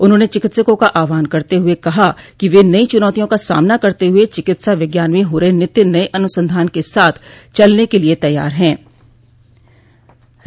उन्होंने चिकित्सकों का आहवान करते हुए कहा कि वे नई चुनातियों का सामना करते हुए चिकित्सा विज्ञान में हो रहे नित्य नये अनुसंधान के साथ चलने के लिए तैयार रहें